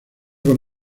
con